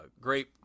Great